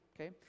okay